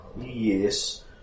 Yes